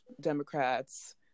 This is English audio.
Democrats